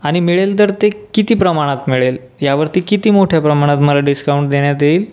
आणि मिळेल तर ते किती प्रमाणात मिळेल यावरती किती मोठ्या प्रमाणात मला डिस्काऊंट देण्यात येईल